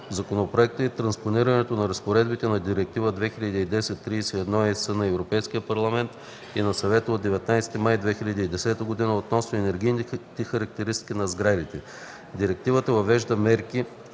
законопроекта е транспонирането на разпоредбите на Директива 2010/31/ЕС на Европейския парламент и на Съвета от 19 май 2010 г. относно енергийните характеристики на сградите. Директивата въвежда мерки,